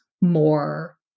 more